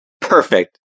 Perfect